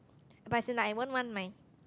but as in like I won't want my